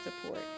support